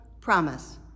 promise